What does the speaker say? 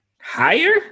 higher